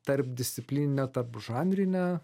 tarpdisciplininę tarpžanrinę